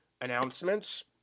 announcements